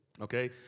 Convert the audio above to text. Okay